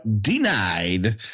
denied